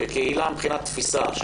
מבחינת תפיסה.